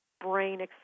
brain